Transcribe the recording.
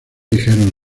dijeron